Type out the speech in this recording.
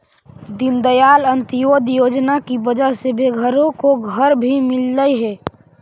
दीनदयाल अंत्योदय योजना की वजह से बेघरों को घर भी मिललई हे